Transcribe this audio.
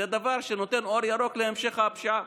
זה דבר שנותן אור ירוק להמשך הפשיעה.